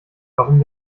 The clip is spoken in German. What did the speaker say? warum